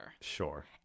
Sure